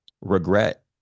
regret